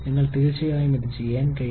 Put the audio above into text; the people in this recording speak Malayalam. നിങ്ങൾക്ക് തീർച്ചയായും ഇത് ചെയ്യാൻ കഴിയും